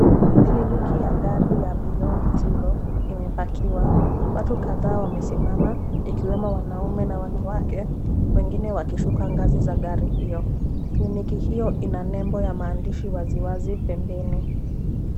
Kliniki ya gari ya beyond zero imepakiwa. Watu kadhaa wamesimama ikiwemo wanaume na wanawake wengine wakishuka ngazi za gari hio. Kliniki hio ina nembo ya maandishi waziwazi pembeni.